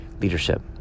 leadership